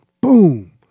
boom